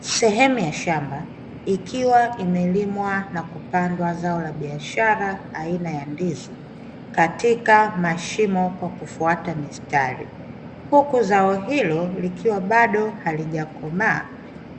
Sehemu ya shamba ikiwa imelimwa na kupandwa zao la biashara aina ya ndizi, katika mashimo kwa kufwata mistari, huku zao hilo likiwa bado halija komaa